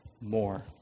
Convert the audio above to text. more